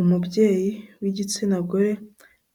Umubyeyi w'igitsina gore